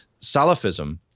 Salafism